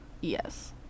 Yes